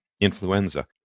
influenza